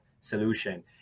solution